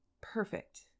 perfect